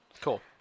Cool